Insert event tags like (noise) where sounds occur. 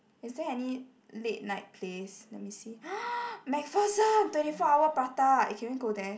is there any late night place let me see (noise) MacPherson twenty four hour prata eh can we go there